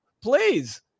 Please